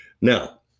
Now